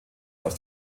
aus